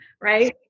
right